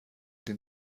den